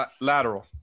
Lateral